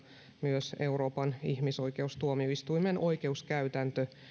myös euroopan ihmisoikeustuomioistuimen oikeuskäytäntö